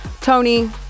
Tony